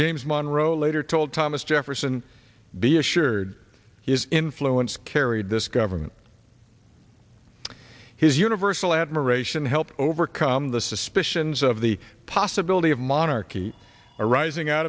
james monroe later told thomas jefferson be assured his influence carried this government his universal admiration help overcome the suspicions of the possibility of monarchy arising out